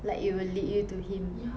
like it will lead you to him